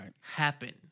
happen